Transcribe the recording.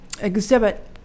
exhibit